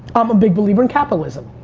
i'm a big believer in capitalism.